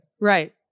right